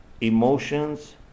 emotions